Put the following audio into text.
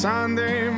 Sunday